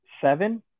Seven